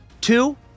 Two